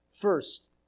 first